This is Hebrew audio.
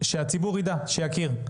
כדי שהציבור יידע ויכיר?